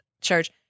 church